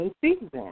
season